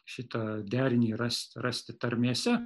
šitą derinį rast rasti tarmėse